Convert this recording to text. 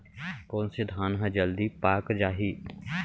कोन से धान ह जलदी पाक जाही?